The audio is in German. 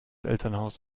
elternhaus